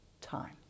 time